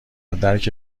درک